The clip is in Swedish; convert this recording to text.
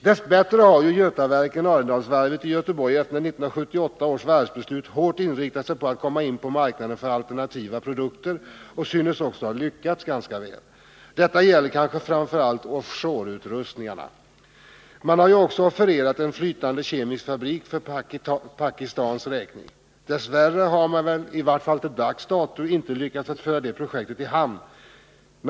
Dess bättre har ju Götaverken Arendalsvarvet i Göteborg efter 1978 års varvsbeslut hårt inriktat sig på att komma in på marknaden för alternativa produkter och synes också ha lyckats ganska väl. Detta gäller kanske framför allt offshore-utrustningar. Man har också offererat en flytande kemisk fabrik för Pakistans räkning. Dess värre har man väl —i vart fall fram till dags dato — inte lyckats att föra det projektet i hamn.